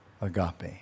agape